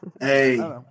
Hey